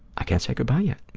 i can't say good-bye yet.